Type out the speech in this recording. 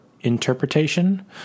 interpretation